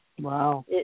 Wow